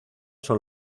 son